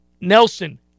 Nelson